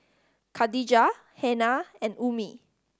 Khadija Hana and Ummi